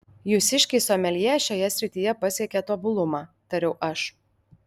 jūsiškiai someljė šioje srityje pasiekė tobulumą tariau aš